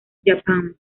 japan